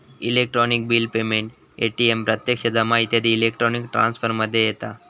electronic bill payment, ATM प्रत्यक्ष जमा इत्यादी इलेक्ट्रॉनिक ट्रांसफर मध्ये येता